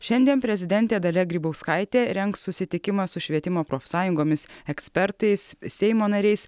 šiandien prezidentė dalia grybauskaitė rengs susitikimą su švietimo profsąjungomis ekspertais seimo nariais